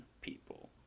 people